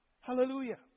Hallelujah